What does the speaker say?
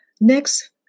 Next